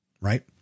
Right